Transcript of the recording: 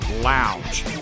lounge